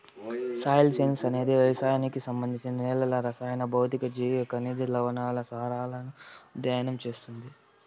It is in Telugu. సాయిల్ సైన్స్ అనేది వ్యవసాయానికి సంబంధించి నేలల రసాయన, భౌతిక, జీవ, ఖనిజ, లవణాల సారాన్ని అధ్యయనం చేస్తుంది